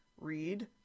Read